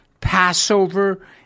Passover